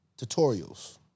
tutorials